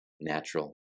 natural